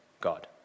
God